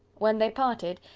when they parted,